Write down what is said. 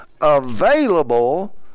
available